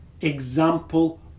example